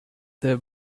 there